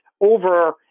over